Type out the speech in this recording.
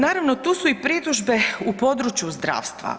Naravno, tu su i pritužbe u području zdravstva.